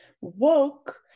woke